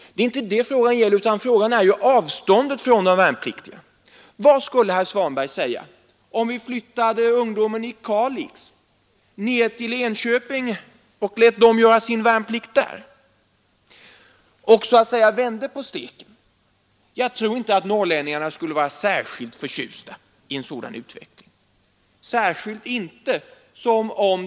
Det är inte det frågan gäller. Det gäller framför allt avståndet för de värnpliktiga. Vad skulle herr Svanberg säga om vi flyttade ungdomen i Kalix ner till Enköping och lät dem göra sin värnplikt där, så att säga vände på steken. Jag tror inte att norrlänningarna skulle vara särskilt förtjusta i en sådan utveckling.